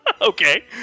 Okay